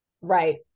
Right